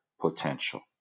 potential